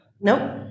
Nope